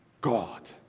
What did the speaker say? God